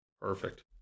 Perfect